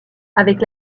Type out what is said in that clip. avec